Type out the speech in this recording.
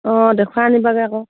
অঁ দেখুৱাই আনিবাগৈ আকৌ